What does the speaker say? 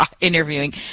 interviewing